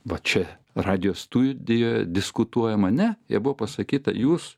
va čia radijo studijoj diskutuojama ne buvo pasakyta jūs